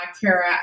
Kara